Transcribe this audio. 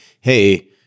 Hey